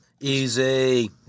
Easy